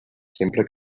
sempre